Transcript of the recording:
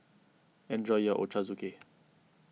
enjoy your Ochazuke